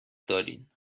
دارین